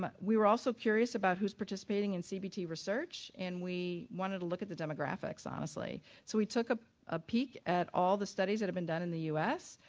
but we were also curious about who's participating in cbt research and we wanted to look at the demographics honestly so we took a ah peek at all of the studies that have been done in the u s,